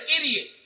idiot